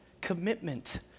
commitment